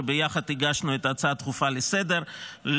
שביחד הגשנו את ההצעה הדחופה לסדר-היום,